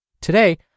Today